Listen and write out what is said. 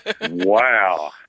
Wow